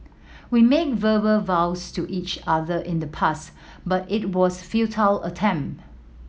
we made verbal vows to each other in the past but it was futile attempt